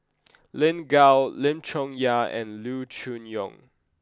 Lin Gao Lim Chong Yah and Loo Choon Yong